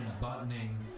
buttoning